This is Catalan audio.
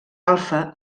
alfa